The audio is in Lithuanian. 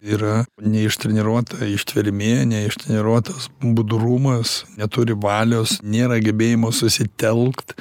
yra neištreniruota ištvermė neištreniruotas budrumas neturi valios nėra gebėjimo susitelkt